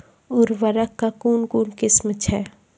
उर्वरक कऽ कून कून किस्म छै?